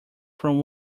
from